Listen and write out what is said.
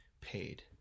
paid